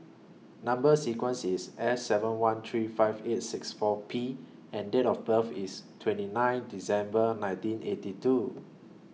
Number sequence IS S seven one three five eight six four P and Date of birth IS twenty nine December nineteen eighty two